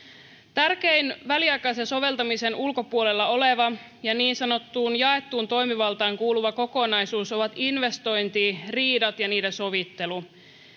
tärkein väliaikaisen soveltamisen ulkopuolella oleva ja niin sanottuun jaettuun toimivaltaan kuuluva kokonaisuus on investointi riidat ja niiden sovittelu